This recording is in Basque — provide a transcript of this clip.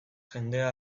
jendea